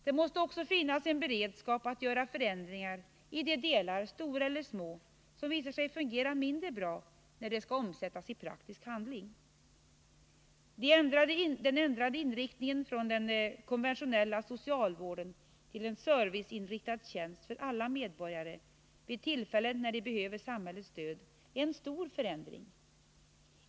Det måste också finnas en beredskap att göra förändringar i de delar, stora eller små, som visar sig fungera mindre bra när de skall omsättas i praktisk handling. Den ändrade inriktningen från den konventionella socialvården till en serviceinriktad tjänst för alla medborgare, vid tillfällen när de behöver samhällets stöd, är en stor förändring.